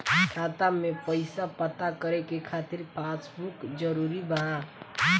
खाता में पईसा पता करे के खातिर पासबुक जरूरी बा?